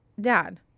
Dad